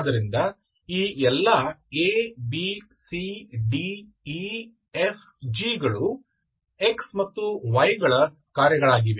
ಆದ್ದರಿಂದ ಈ ಎಲ್ಲಾ A B C D E F G ಗಳು x ಮತ್ತು y ಗಳ ಕಾರ್ಯಗಳಾಗಿವೆ